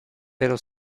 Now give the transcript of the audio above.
pero